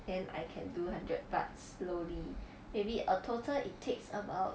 then I can do hundred but slowly maybe a total it takes about